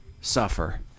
suffer